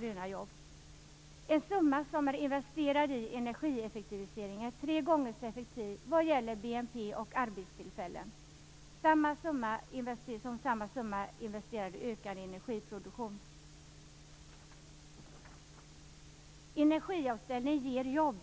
gröna jobb. En summa som är investerad i energieffektivisering är tre gånger så effektiv vad gäller BNP och arbetstillfällen som samma summa investerad i ökad energiproduktion. Energiomställning ger jobb.